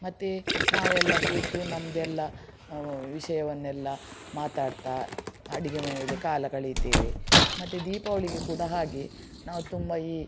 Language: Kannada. ಮತ್ತು ನಾವೆಲ್ಲ ಕೂತು ನಮ್ಮದೆಲ್ಲ ವಿಷಯವನ್ನೆಲ್ಲ ಮಾತಾಡ್ತ ಅಡುಗೆ ಮನೆಯಲ್ಲಿ ಕಾಲ ಕಳೀತೇವೆ ಮತ್ತು ದೀಪಾವಳಿಗೆ ಕೂಡ ಹಾಗೆ ನಾವು ತುಂಬ ಈ